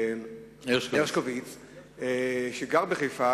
דניאל הרשקוביץ שגר בחיפה,